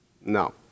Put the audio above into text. No